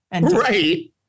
Right